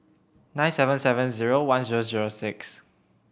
nine seven seven zero one zero zero six